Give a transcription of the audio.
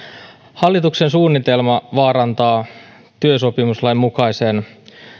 hallituksen suunnitelma vaarantaa työsopimuslain mukaisen